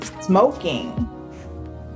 smoking